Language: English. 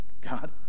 God